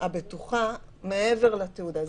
הבטוחה מעבר לתעודה.